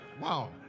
Wow